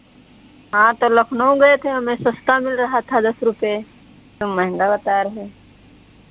हाँ तो लखनऊ गए थे हमें सस्ता मिल रहा था दस रुपये तुम महंगा बता रहे